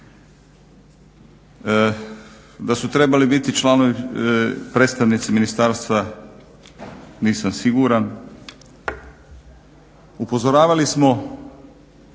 Da su trebali biti predstavnici ministarstva nisam siguran. Upozoravali smo